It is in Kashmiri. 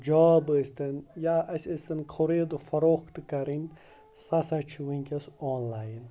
جاب ٲسۍ تَن یا اَسہِ ٲسۍ تَن خُریٖدٕ فروختہٕ کَرٕنۍ سُہ ہَسا چھُ وٕنکٮ۪س آنلایَن